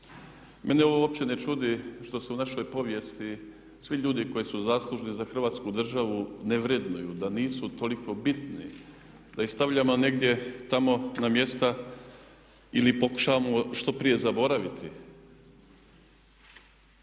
Mene ovo uopće ne čudi što se u našoj povijesti svi ljudi koji su zaslužni za Hrvatsku državu ne vrednuju, da nisu toliko bitni da ih stavljamo negdje tamo na mjesta ili pokušavamo što prije zaboraviti.